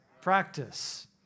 practice